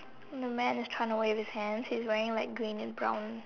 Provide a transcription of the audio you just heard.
the man is trying run away with hands he's wearing light green and brown